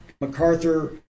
MacArthur